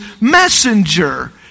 messenger